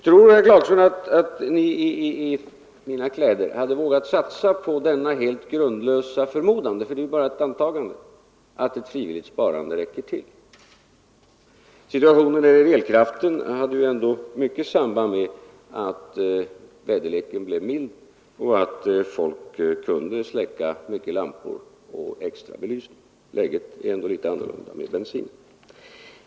Tror herr Clarkson att Ni i mina kläder hade vågat satsa på denna helt grundlösa förmodan — för det är bara fråga om ett antagande — att ett frivilligt sparande skulle ha räckt till? Utvecklingen av situationen när det gäller elkraften hade ju starkt samband med att väderleken blev mild och att folk kunde släcka många lampor som endast var extra belysning. Läget är annorlunda när det gäller bensin.